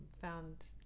found